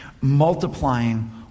multiplying